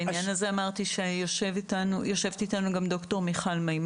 בעניין הזה אמרתי שיושבת אתנו גם ד"ר מיכל מימון.